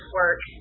work